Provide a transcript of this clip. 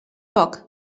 poc